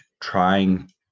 trying